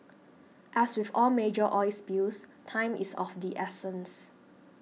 as with all major oil spills time is of the essence